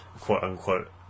quote-unquote